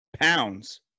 pounds